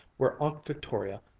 where aunt victoria,